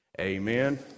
Amen